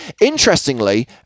Interestingly